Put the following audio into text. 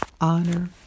honor